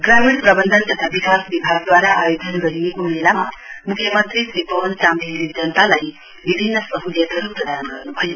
ग्रामीण प्रवन्धन तथा विकास विभागद्वारा आयोजन गरिएको मेलामा मुख्यमन्त्री श्री पवन चामलिङले जनतालाई विभिन्न सहुलियतहरु प्रदान गर्नुभयो